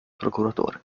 procuratore